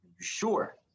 sure